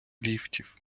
ліфтів